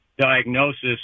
diagnosis